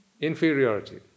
Inferiority